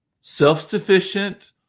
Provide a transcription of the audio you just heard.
self-sufficient